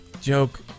joke